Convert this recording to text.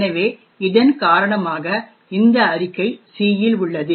எனவே இதன் காரணமாக இந்த அறிக்கை C யில் உள்ளது